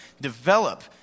develop